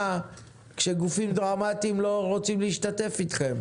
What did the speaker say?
כשגופים דרמטיים לא רוצים להשתתף אתכם?